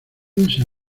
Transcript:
desea